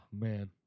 man